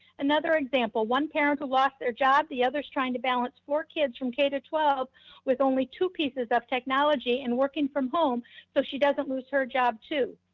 another example, one parent who lost their job, the other is trying to balance four kids from k through twelve with only two pieces of technology and working from home so she doesn't lose her job too.